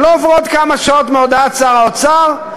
ולא עוברות כמה שעות מהודעת שר האוצר,